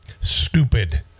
stupid